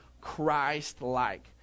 Christ-like